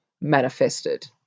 manifested